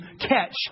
catch